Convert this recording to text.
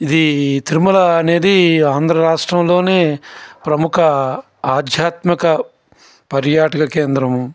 ఇది తిరుమల అనేది ఆంధ్ర రాష్ట్రంలోనే ప్రముఖ ఆధ్యాత్మిక పర్యాటక కేంద్రం